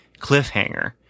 cliffhanger